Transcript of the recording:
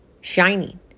shining